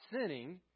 sinning